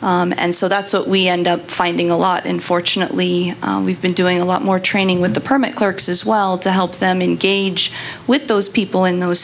and so that's what we end up finding a lot in fortunately we've been doing a lot more training with the permit clerks as well to help them engage with those people in those